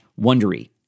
wondery